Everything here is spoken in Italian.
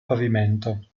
pavimento